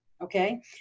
Okay